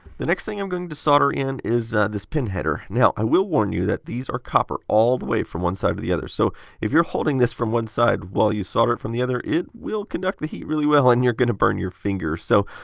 the next thing i'm going to solder in is this pin header. now, i will warn you that these are copper all the way from one side to the other. so if you are holding this from one side while you solder it from the other, it will conduct the heat really well and you're going to burn your finger. so,